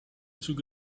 züge